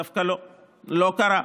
דווקא לא, לא קרה.